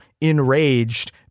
enraged